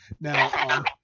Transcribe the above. Now